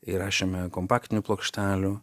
įrašėme kompaktinių plokštelių